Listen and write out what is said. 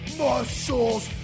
muscles